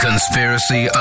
Conspiracy